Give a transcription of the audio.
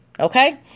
Okay